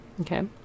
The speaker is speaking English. okay